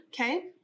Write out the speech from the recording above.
Okay